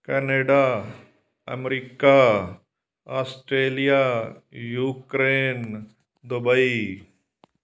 Canada America Australia Ukraine Dubai